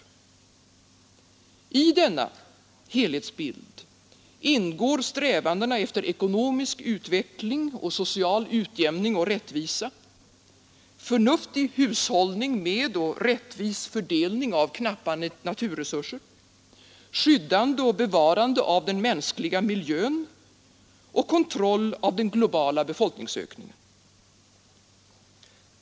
I denna helhetsbild ingår strävandena efter ekonomisk utveckling och social utjämning och rättvisa, förnuftig hushållning med och rättvis fördelning av knappa naturresurser, skyddande och bevarande av den mänskliga miljön och kontroll av den globala befolkningsökningen.